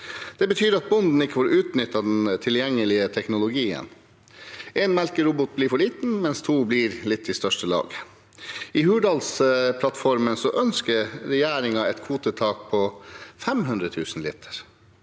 Det betyr at bonden ikke får utnyttet den tilgjengelige teknologien. Én melkerobot blir for liten, mens to blir litt i største laget. I Hurdalsplattformen ønsker regjeringen et kvotetak på 500 000 liter.